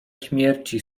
śmierci